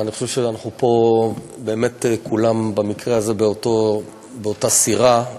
אני חושב שאנחנו פה באמת כולנו במקרה הזה באותה סירה.